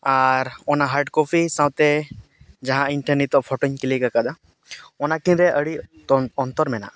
ᱟᱨ ᱚᱱᱟ hard copy ᱥᱟᱶᱛᱮ ᱡᱟᱦᱟᱸ ᱤᱧᱴᱷᱮᱱ ᱯᱷᱳᱴᱳᱧ ᱠᱞᱤᱠ ᱟᱠᱟᱫᱟ ᱚᱱᱟ ᱠᱤᱱᱨᱮ ᱟᱹᱰᱤ ᱛᱚᱱ ᱚᱱᱛᱚᱨ ᱢᱮᱱᱟᱜᱼᱟ